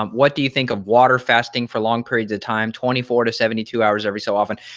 um what do you think of water fasting for long periods of time? twenty four to seventy two hours every so often.